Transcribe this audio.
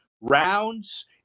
rounds